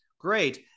Great